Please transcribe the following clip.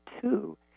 two